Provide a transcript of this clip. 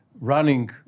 running